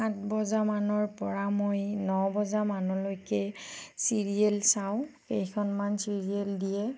সাত বজাৰ মানৰপৰা মই ন বজামানলৈকে চিৰিয়েল চাওঁ কেইখনমান চিৰিয়েল দিয়ে